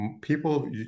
people